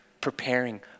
preparing